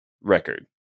record